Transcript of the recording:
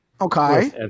Okay